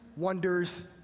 wonders